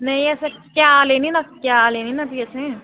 नेही असें क्या लैनी नां क्या फ्ही असें